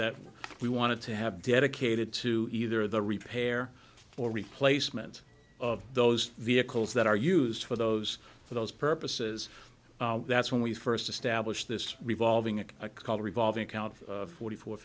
that we wanted to have dedicated to either the repair or replacement of those vehicles that are used for those for those purposes that's when we first establish this revolving it called a revolving count of forty four